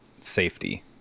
safety